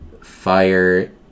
fire